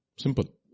Simple